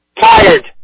Tired